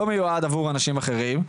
הוא לא מיועד עבור אנשים אחרים,